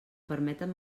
permeten